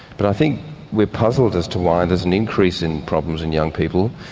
but i think we're puzzled as to why there's an increase in problems in young people.